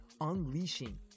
unleashing